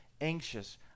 anxious